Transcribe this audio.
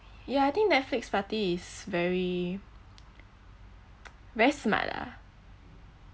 ya I think netflix party is very very smart lah